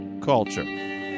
Culture